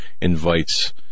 invites